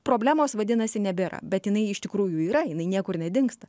problemos vadinasi nebėra bet jinai iš tikrųjų yra jinai niekur nedingsta